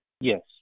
yes